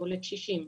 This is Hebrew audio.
או לקשישים.